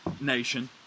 Nation